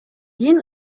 кийин